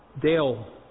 Dale